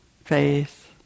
faith